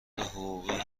حقوقی